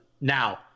now